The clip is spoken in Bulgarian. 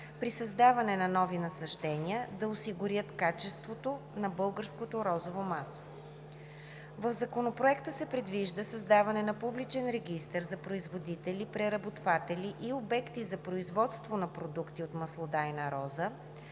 при създаване на нови насаждения да осигурят качеството на българското розово масло. Със Законопроекта се предвижда създаване на публичен регистър за производители, преработватели и обекти за производство на продукти от маслодайна роза,